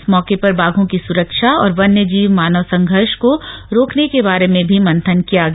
इस मौके पर बाघों की सुरक्षा और वन्य जीव मानव संघर्ष को रोकने के बारे में भी मंथन किया गया